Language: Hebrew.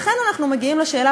לכן אנחנו מגיעים לשאלה,